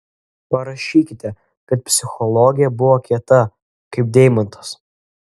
parašykite kad psichologė buvo kieta kaip deimantas